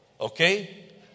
Okay